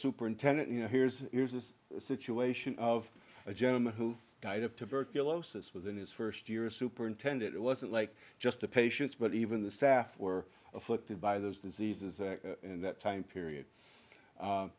superintendent you know here's here's this situation of a gentleman who died of tuberculosis within his first year of superintend it wasn't like just the patients but even the staff were afflicted by those diseases in that time period